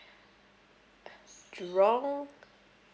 jurong